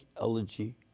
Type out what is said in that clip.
elegy